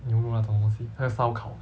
牛肉那种东西还有烧烤